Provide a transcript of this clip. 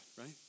right